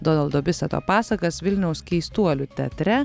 donaldo biseto pasakas vilniaus keistuolių teatre